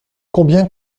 combien